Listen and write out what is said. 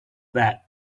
that